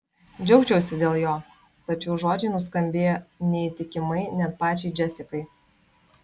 džiaugčiausi dėl jo tačiau žodžiai nuskambėjo neįtikimai net pačiai džesikai